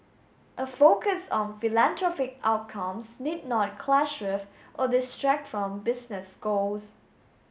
a focus on philanthropic outcomes need not clash with or distract from business goals